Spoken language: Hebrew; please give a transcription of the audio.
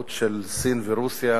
ובהימנעות של סין ורוסיה,